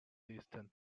distant